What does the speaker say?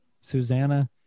Susanna